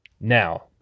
Now